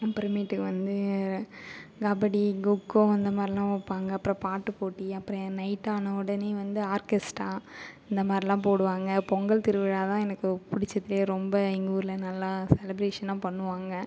அப்புறமேட்டுக்கு வந்து கபடி கொக்கோ அந்த மாதிரிலாம் வைப்பாங்க அப்புறம் பாட்டு போட்டி அப்புறம் நைட் ஆன உடனே வந்து ஆர்கெஸ்ட்டா இந்த மாதிரிலாம் போடுவாங்க பொங்கல் திருவிழா தான் எனக்கு பிடிச்சதே ரொம்ப எங்கள் ஊரில் நல்லா செலிப்ரேஷன்லாம் பண்ணுவாங்க